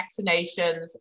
vaccinations